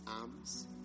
arms